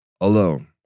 alone